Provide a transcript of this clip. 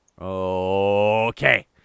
Okay